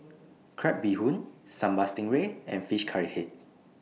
Crab Bee Hoon Sambal Stingray and Fish Head Curry